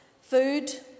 food